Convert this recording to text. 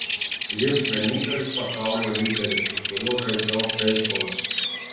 jis vienintelis pasaulio lyderis su kuriuo žaidžiau beisbolą